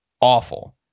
awful